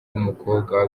w’umukobwa